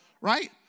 right